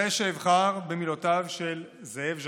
הרי שאבחר במילותיו של זאב ז'בוטינסקי: